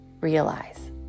realize